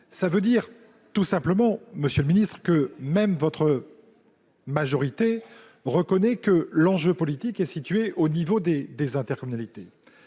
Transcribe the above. Cela signifie tout simplement, monsieur le ministre, que même votre majorité reconnaît que l'enjeu politique est situé au niveau des intercommunalités